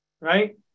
right